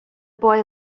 boy